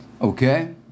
Okay